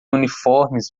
uniformes